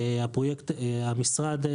המשרד,